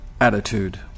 attitude